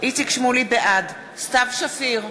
בעד סתיו שפיר,